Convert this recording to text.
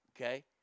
okay